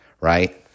right